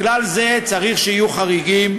לכלל זה צריך שיהיו חריגים,